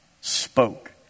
spoke